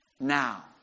Now